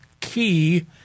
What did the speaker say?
key